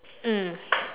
mm